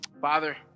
Father